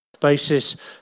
basis